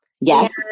Yes